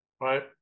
Right